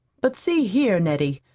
but see here, nettie,